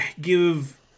give